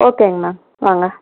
ஓகேங்க மேம் வாங்க